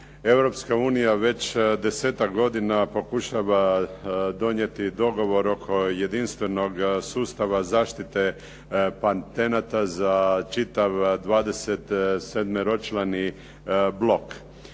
već desetak godina pokušava donijeti dogovor oko jedinstvenog sustava zaštite patenata za čitav dvadesetsedmeročlani blok